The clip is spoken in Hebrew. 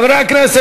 אדוני השר כץ,